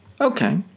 Okay